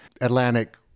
Atlantic